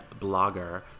blogger